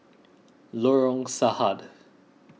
Lorong Sarhad